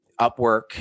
Upwork